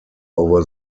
over